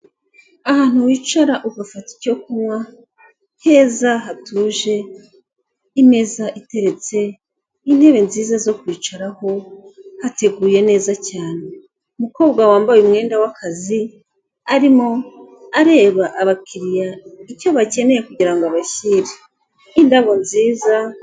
Ahantu wicara ugafata icyo kunywa, heza, hatuje, imeza iteretse, intebe nziza zo kwicaraho, hateguye neza cyane. Umukobwa wambaye umwenda w'akazi, arimo areba abakiriya icyo bakeneye, kugira ngo abashyire. Indabo nziza.